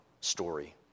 story